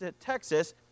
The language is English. Texas